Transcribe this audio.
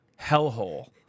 hellhole